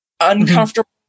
uncomfortable